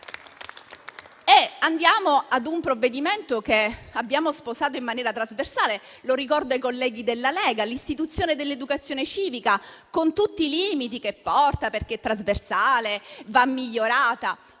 a parlare di un intervento che abbiamo sposato in maniera trasversale - lo ricordo ai colleghi della Lega - ossia l'istituzione dell'educazione civica, con tutti i limiti che porta, perché è trasversale e va migliorata.